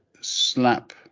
slap